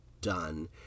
done